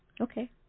Okay